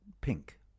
pink